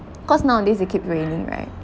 cause nowadays it keep raining right